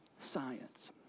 science